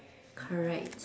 correct